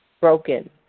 broken